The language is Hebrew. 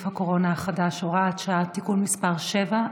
הקורונה החדש) (הוראת שעה) (תיקון מס' 7),